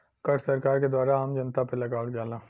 कर सरकार के द्वारा आम जनता पे लगावल जाला